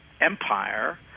empire